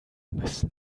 müssen